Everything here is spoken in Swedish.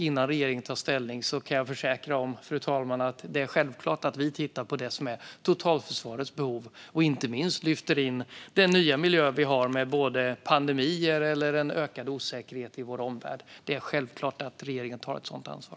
Innan regeringen tar ställning kan jag försäkra att det är självklart att vi tittar på det som är totalförsvarets behov och inte minst lyfter in den nya miljö vi har med både pandemier och ökad osäkerhet i vår omvärld. Det är självklart att regeringen tar ett sådant ansvar.